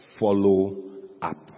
follow-up